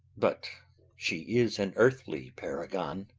but she is an earthly paragon.